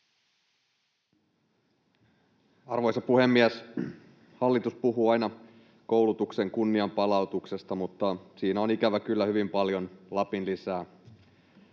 Arvoisa puhemies! Hallitus puhuu aina koulutuksen kunnianpalautuksesta, mutta siinä on ikävä kyllä hyvin paljon lapinlisää.